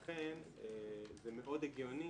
לכן זה מאוד הגיוני